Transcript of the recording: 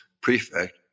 Prefect